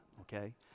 okay